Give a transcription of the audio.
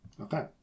Okay